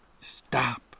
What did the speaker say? stop